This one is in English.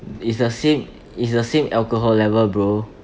it's the same it's the same alcohol level bro